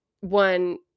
one